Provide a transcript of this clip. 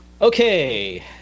Okay